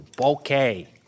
okay